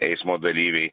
eismo dalyviai